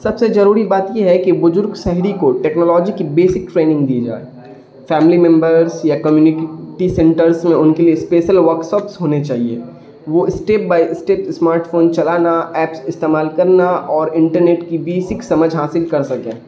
سب سے ضروری بات یہ ہے کہ بزرگ شہری کو ٹیکنالوجی کی بیسک ٹریننگ دی جائے فیملی ممبرس یا کمیونٹی سینٹرز میں ان کے لیے اسپیشل ورکشاپس ہونے چاہیے وہ step by step smartphone چلانا ایپس استعمال کرنا اور انٹرنیٹ کی بیسک سمجھ حاصل کر سکیں